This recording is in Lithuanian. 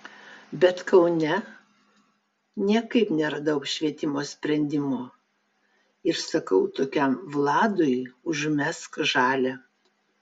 bet kaune niekaip neradau apšvietimo sprendimo ir sakau tokiam vladui užmesk žalią